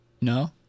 No